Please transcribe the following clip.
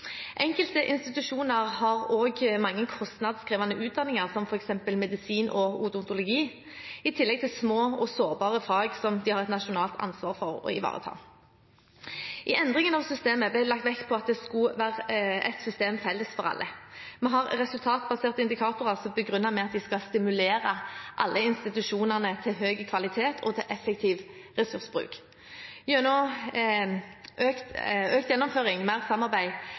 Enkelte institusjoner har også mange kostnadskrevende utdanninger, som f.eks. medisin og odontologi, i tillegg til små og sårbare fag som de har et nasjonalt ansvar for å ivareta. I endringen av systemet ble det lagt vekt på at det skulle være ett system, felles for alle. Vi har resultatbaserte indikatorer som er begrunnet med at de skal stimulere alle institusjonene til høy kvalitet og til effektiv ressursbruk. Økt gjennomføring, mer samarbeid